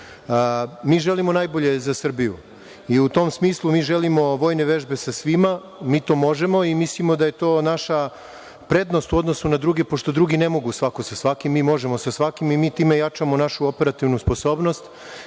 Mi želimo najbolje za Srbiju i, u tom smislu, mi želimo vojne vežbe sa svima, mi to možemo i mislimo da je to naša prednost u odnosu na druge, pošto drugi ne mogu svako sa svakim. Mi možemo sa svakim i mi time jačamo našu operativnu sposobnost,